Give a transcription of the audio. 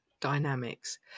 dynamics